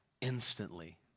instantly